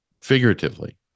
figuratively